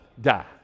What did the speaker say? die